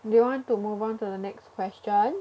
you want to move on to the next question